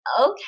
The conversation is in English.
okay